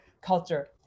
culture